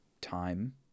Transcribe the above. time